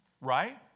right